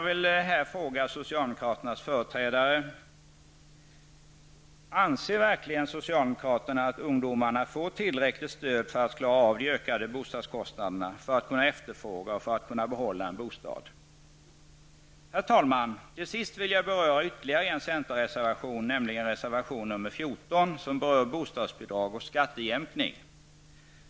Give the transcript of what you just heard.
Vårt förslag skulle ge fler ungdomar möjlighet att klara av bostadskostnaderna. Herr talman! Till sist vill jag beröra ytterligare en centerreservation, nämligen reservation nr 14, som berör bostadsbidrag och skattejämkning.